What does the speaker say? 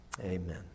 amen